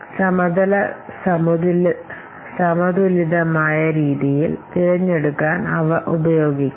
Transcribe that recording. അതിനാൽ project portfolio ഒപ്റ്റിമൈസേഷനിൽ മുമ്പ് ശേഖരിച്ച വിവരങ്ങൾ പ്രോജക്റ്റുകളുടെ മികച്ച ബാലൻസ് നേടാൻ അവ ഉപയോഗിക്കാം